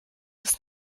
ist